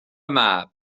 mab